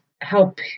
help